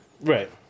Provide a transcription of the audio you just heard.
Right